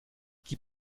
gib